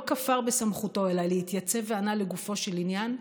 לא כפר בסמכותו אלא התייצב וענה לגופו של עניין,